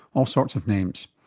all sorts of names.